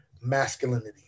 masculinity